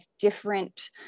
different